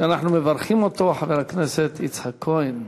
אנחנו מברכים את חבר הכנסת יצחק כהן,